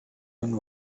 and